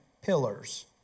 pillars